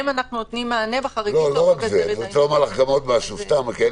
אני אומר לך איך לנהל את היחסים שלך?